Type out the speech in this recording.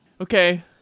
Okay